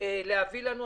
להביא לנו.